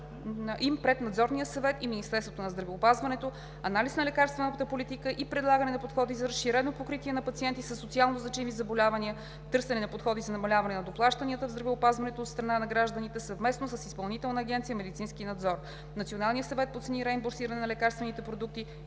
пред Надзорния съвет и Министерството на здравеопазването, анализ на лекарствената политика и предлагане на подходи за разширено покритие на пациентите със социално-значими заболявания, търсене на подходи за намаляване на доплащанията в здравеопазването от страна на гражданите съвместно с Изпълнителна агенция „Медицински надзор“, Националния съвет по цени и реимбурсиране на лекарствените продукти